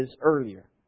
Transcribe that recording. earlier